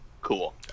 cool